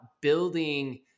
building